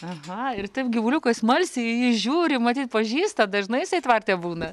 aha ir taip gyvuliukui smalsiai į jį žiūri matyt pažįsta dažnai jisai tvarte būna